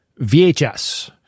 VHS